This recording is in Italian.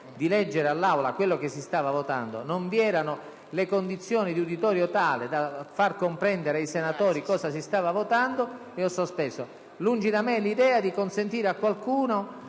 di leggere all'Aula quello che si stava votando, ma non vi erano le condizioni di uditorio tale da far comprendere ai senatori cosa si stava votando e ho sospeso la seduta. Lungi da me l'idea di consentire a qualcuno